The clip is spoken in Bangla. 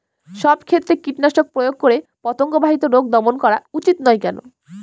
সব ক্ষেত্রে কীটনাশক প্রয়োগ করে পতঙ্গ বাহিত রোগ দমন করা উচিৎ নয় কেন?